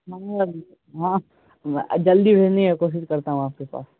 ہاں ہاں جلدی بھیجنے کا کوشس کرتا ہوں آپ کے پاس